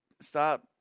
Stop